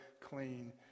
clean